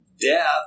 death